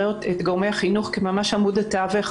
דסק בריאות וכל החלקים של ביטחון פנים ומשטרה עובדים שם במשותף.